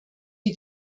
wir